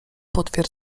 potwier